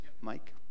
Mike